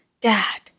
Dad